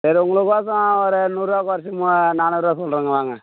சரி உங்களுக்கோசரம் ஒரு நூறுபா கொறச்சு மூ நானூறுபா சொல்கிறங்க வாங்க